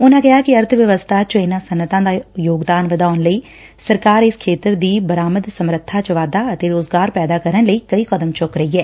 ਉਨ੍ਹਾ ਕਿਹਾ ਕਿ ਅਰਥ ਵਿਵਸਬਾ ਚ ਇਨ੍ਹਾ ਸਨੱਅਤਾਂ ਦਾ ਯੋਗਦਾਨ ਵਧਉਣ ਲਈ ਸਰਕਾਰ ਇਸ ਖੇਤਰ ਦੀ ਬਰਾਮਦ ਸਮੱਰਬਾ ਚ ਵਾਧਾ ਅਤੇ ਰੋਜ਼ਗਾਰ ਪੈਦਾ ਕਰਨ ਲਈ ਕਈ ਕਦਮ ਚੁੱਕ ਰਹੀ ਐ